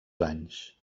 anys